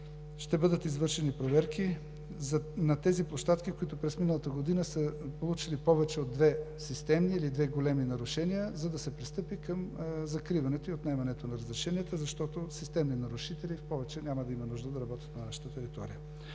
Ще бъдат извършени проверки на тези площадки, които през миналата година са получили повече от две системни или две големи нарушения, за да се пристъпи към закриването и отнемането на разрешението, защото системни нарушители повече няма да има нужда да работят на нашата територия.